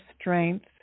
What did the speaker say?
strength